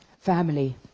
family